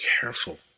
careful